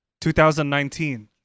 2019